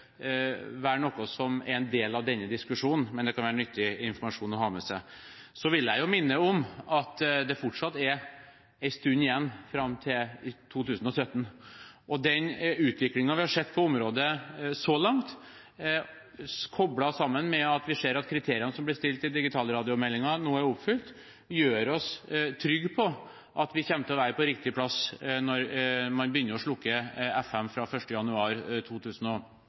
være noe som er en del av denne diskusjonen. Men det kan være nyttig informasjon å ha med seg. Så vil jeg minne om at det fortsatt er en stund igjen fram til 2017, og den utviklingen vi har sett på området så langt, koblet sammen med at vi ser at kriteriene som ble stilt i digitalradiomeldingen, nå er oppfylt, gjør oss trygge på at vi kommer til å være på riktig plass når man begynner å slukke FM-nettet fra 1. januar